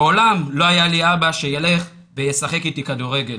מעולם לא היה לי אבא שילך וישחק איתי כדורגל